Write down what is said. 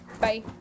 Bye